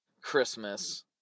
Christmas